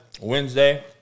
Wednesday